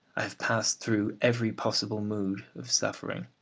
i have passed through every possible mood of suffering.